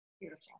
beautiful